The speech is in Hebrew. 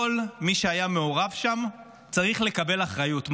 כל מי שהיה מעורב שם, צריך לקבל אחריות.